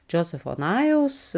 džozefo najaus